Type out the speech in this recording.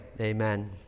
amen